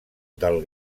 del